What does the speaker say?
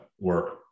work